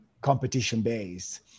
competition-based